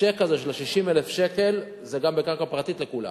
הצ'ק הזה של 60,000 שקל, זה גם בקרקע פרטית לכולם.